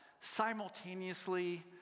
simultaneously